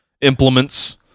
implements